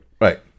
Right